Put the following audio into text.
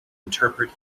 interpret